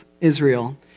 Israel